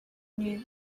knew